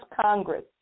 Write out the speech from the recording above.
Congress